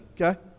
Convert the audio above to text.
okay